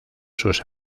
sus